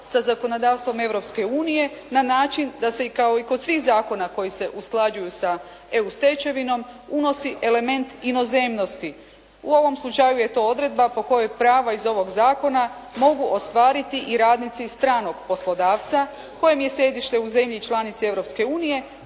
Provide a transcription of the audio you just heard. sa zakonodavstvom Europske unije na način da se i kao i kod svih zakona koji se usklađuju sa EU stečevinom unosi element inozemnosti. U ovom slučaju je to odredba po kojoj prava iz ovog zakona mogu ostvariti i radnici stranog poslodavca kojem je sjedište u zemlji članici